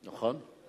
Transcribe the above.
נכון.